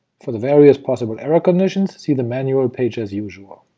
for the various possible error conditions, see the manual page as usual.